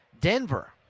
Denver